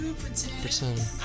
pretend